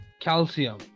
Calcium